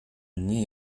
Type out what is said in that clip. uni